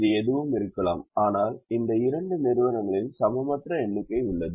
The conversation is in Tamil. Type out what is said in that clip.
இது எதுவும் இருக்கலாம் ஆனால் இந்த இரண்டு நிறுவனங்களின் சமமற்ற எண்ணிக்கை உள்ளது